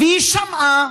והיא שמעה,